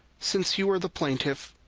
since you are the plaintiff,